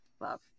love